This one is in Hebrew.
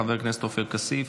חבר הכנסת עופר כסיף,